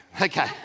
Okay